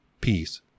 peace